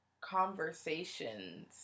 conversations